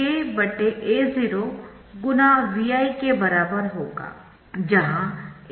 जहाँ A0 op एम्पका gain है